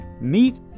meet